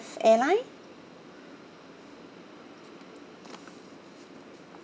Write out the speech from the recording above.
airline